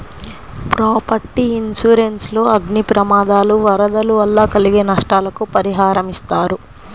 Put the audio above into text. property insurance లో అగ్ని ప్రమాదాలు, వరదలు వల్ల కలిగే నష్టాలకు పరిహారమిస్తారు